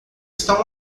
está